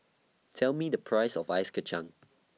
Tell Me The Price of Ice Kachang